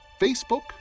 Facebook